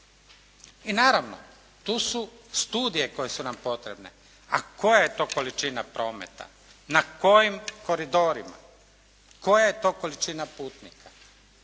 I naravno tu su studije koje su nam potrebne, a koja je to količina prometa? Na kojim koridorima? Koja je to količina putnika?